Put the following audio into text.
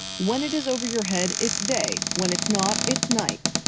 when it is over your head, it's day, when it's not, it's night.